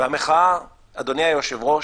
והמחאה, אדוני היושב-ראש,